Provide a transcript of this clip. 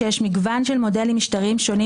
שיש מגוון של מודלים משטריים שונים